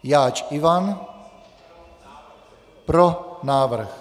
Jáč Ivan: Pro návrh.